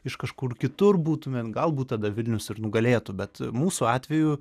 iš kažkur kitur būtumėm galbūt tada vilnius ir nugalėtų bet mūsų atveju